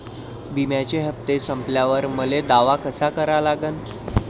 बिम्याचे हप्ते संपल्यावर मले दावा कसा करा लागन?